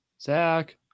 Zach